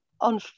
on